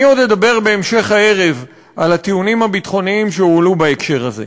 אני עוד אדבר בהמשך בערב על הטיעונים הביטחוניים שהועלו בהקשר הזה.